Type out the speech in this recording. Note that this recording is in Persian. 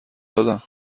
دادم